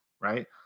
right